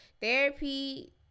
therapy